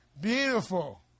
beautiful